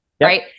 right